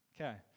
Okay